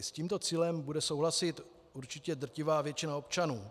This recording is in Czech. S tímto cílem bude souhlasit určitě drtivá většina občanů.